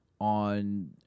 on